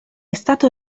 stato